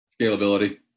Scalability